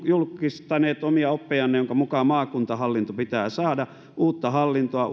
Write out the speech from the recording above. julkistaneet omia oppejanne joiden mukaan maakuntahallinto pitää saada uutta hallintoa